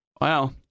Wow